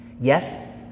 Yes